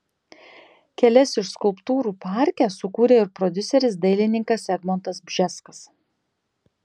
kelias iš skulptūrų parke sukūrė ir prodiuseris dailininkas egmontas bžeskas